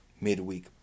midweek